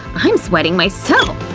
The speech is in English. i'm sweating myself